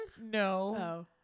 No